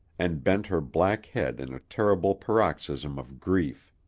and bent her black head in a terrible paroxysm of grief.